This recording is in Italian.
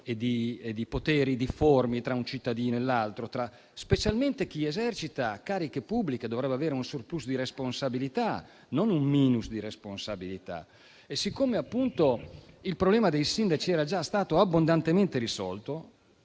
e di poteri difformi tra un cittadino e l'altro. Specialmente chi esercita cariche pubbliche dovrebbe avere un *surplus* di responsabilità, non un *minus* di responsabilità. Siccome il problema dei sindaci era già stato abbondantemente risolto,